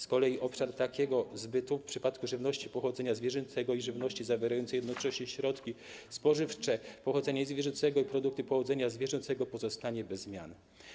Z kolei obszar takiego zbytu w przypadku żywności pochodzenia zwierzęcego i żywności zawierającej jednocześnie środki spożywcze pochodzenia niezwierzęcego i produkty pochodzenia zwierzęcego pozostanie bez zmian.